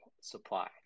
supply